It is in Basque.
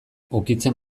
ukitzen